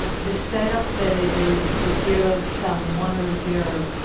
the setup that it is ah zero sum, one or zero,